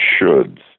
shoulds